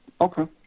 Okay